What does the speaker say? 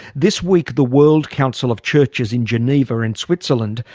this week the world council of churches in geneva in switzerland,